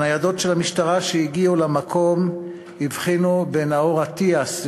ניידות המשטרה שהגיעו למקום הבחינו בנאור אטיאס,